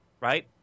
Right